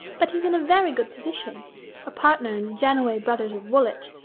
but he's in a very good position a partner in jannaway brothers of woolwich,